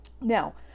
Now